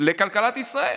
לכלכלת ישראל.